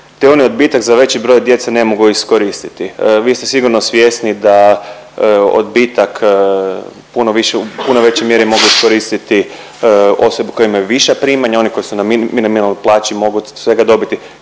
te oni odbitak za veći broj djece ne mogu iskoristiti. Vi ste sigurno svjesni da odbitak puno više, u puno većoj mjeri mogu iskoristiti osobe koje imaju viša primanja. Oni koji su na minimalnoj plaći mogu svega dobiti